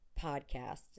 podcast